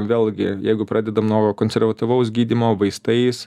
vėlgi jeigu pradedam nuo konservatyvaus gydymo vaistais